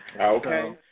Okay